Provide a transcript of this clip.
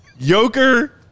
Joker